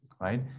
right